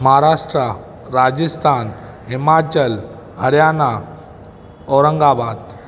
Maharashtra Rajasthan Himachal Haryana Aurangabad